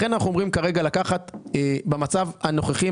לכן אנחנו אומרים כרגע - במצב הנוכחי עם